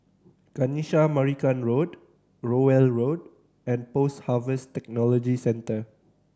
Kanisha Marican Road Rowell Road and Post Harvest Technology Centre